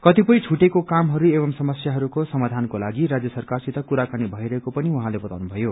कतिपय ष्ठुटेको कामहरू एवं समस्याहरूको समायानको लागि राजय सरकारसित कुराकानी भइरहेको पनि उहाँले बताउनु भयो